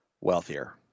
wealthier